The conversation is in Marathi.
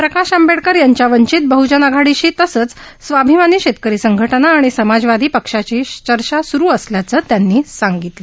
प्रकाश आंबेडकर यांच्या वंचित बह्जन आघाडीशी तसंच स्वाभिमानी शेतकरी संघटना आणि समाजवादी पार्टीशी चर्चा सूरु असल्याचं त्यांनी सांगितलं